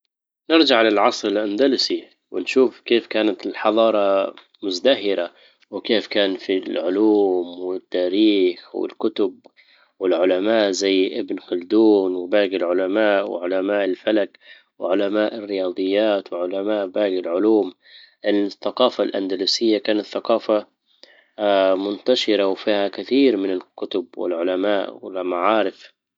نرجع للعصر الاندلسي ونشوف كيف كانت الحضارة مزدهرة وكيف كان في العلوم والتاريخ والكتب والعلماء زي ابن خلدون وباجي العلماء وعلماء الفلك وعلماء الرياضيات وعلماء باجي العلوم. الثقافة الاندلسية كانت ثقافة منتشرة وفيها كثير من الكتب والعلماء والمعارف.